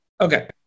Okay